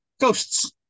Ghosts